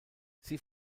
sie